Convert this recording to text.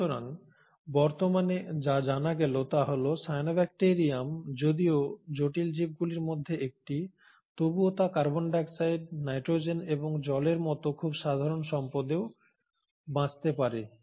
সুতরাং বর্তমানে যা জানা গেল তা হল সায়ানোব্যাক্টেরিয়াম যদিও জটিল জীবগুলির মধ্যে একটি তবুও তা কার্বন ডাই অক্সাইড নাইট্রোজেন এবং জলের মতো খুব সাধারণ সম্পদেও বাঁচতে পারে